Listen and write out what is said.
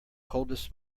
coldest